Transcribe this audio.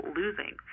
losing